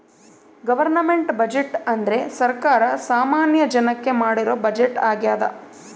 government budget ಅಂದ್ರೆ ಸರ್ಕಾರ ಸಾಮಾನ್ಯ ಜನಕ್ಕೆ ಮಾಡಿರೋ ಬಜೆಟ್ ಆಗ್ಯದ